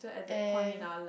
and